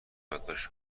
یادداشت